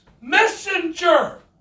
messenger